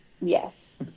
Yes